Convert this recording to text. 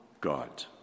God